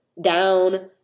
down